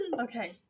Okay